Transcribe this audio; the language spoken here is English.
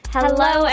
Hello